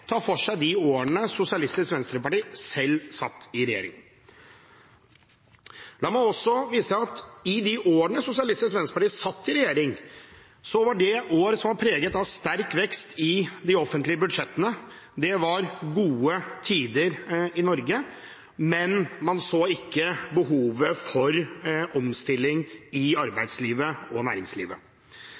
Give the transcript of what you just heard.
tar for seg de årene SV selv satt i regjering. La meg også vise til at de årene SV satt i regjering, var år som var preget av sterk vekst i de offentlige budsjettene. Det var gode tider i Norge, men man så ikke behovet for omstilling i arbeidslivet og næringslivet.